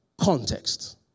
context